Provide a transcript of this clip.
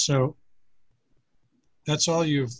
so that's all you